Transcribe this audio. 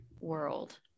world